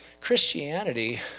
Christianity